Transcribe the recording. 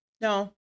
No